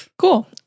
Cool